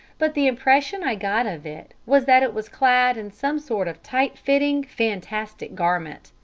but the impression i got of it was that it was clad in some sort of tight-fitting, fantastic garment.